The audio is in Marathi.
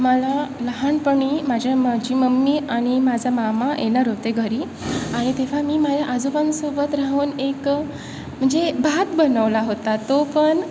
मला लहानपणी माझ्या माझी मम्मी आणि माझा मामा येणार होते घरी आणि तेव्हा मी माझ्या आजोबांसोबत राहून एक म्हणजे भात बनवला होता तो पण